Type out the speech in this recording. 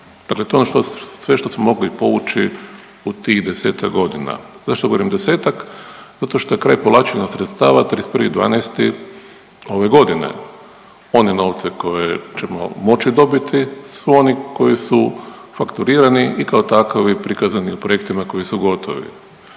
Dakle, to je ono sve što smo mogli povući u tih desetak godina. Zašto govorim desetak? Zato što je kraj povlačenja sredstava 31.12. ove godine. One novce koje ćemo moći dobiti su oni koji su fakturirani i kao takvi prikazani u projektima koji su gotovi.